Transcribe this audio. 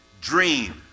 dream